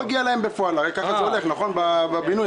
שהולכים לבטל את העניין כיוון שלקחו את הכסף לחינוך המיוחד בבתי הספר.